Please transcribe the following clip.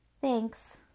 Thanks